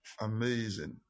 Amazing